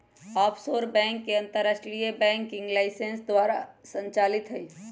offshore bank अंतरराष्ट्रीय banking licence द्वारा संचालित हइ